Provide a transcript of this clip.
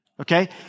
Okay